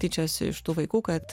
tyčiojosi iš tų vaikų kad